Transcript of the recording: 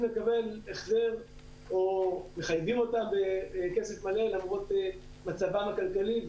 לקבל החזר או מחייבים אותם בכסף מלא למרות מצבם הכלכלי.